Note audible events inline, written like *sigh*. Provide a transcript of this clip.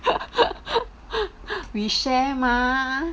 *laughs* we share mah